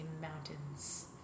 mountains